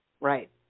Right